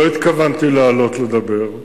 לא התכוונתי לעלות לדבר,